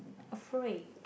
afraid